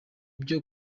byo